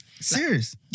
Serious